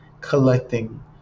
collecting